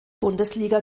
bundesliga